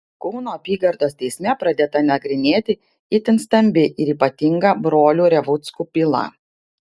kauno apygardos teisme pradėta nagrinėti itin stambi ir ypatinga brolių revuckų byla